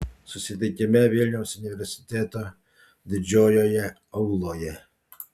susitikime vilniaus universiteto didžiojoje auloje